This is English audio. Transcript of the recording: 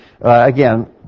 Again